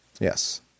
Yes